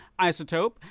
isotope